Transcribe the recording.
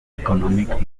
economic